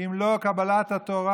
אם לא קבלת התורה,